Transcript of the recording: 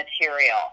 material